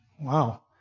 wow